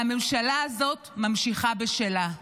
והממשלה הזאת ממשיכה בשלה.